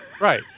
Right